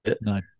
No